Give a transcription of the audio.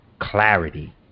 clarity